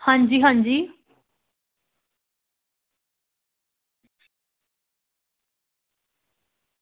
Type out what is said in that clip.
हां जी हां जी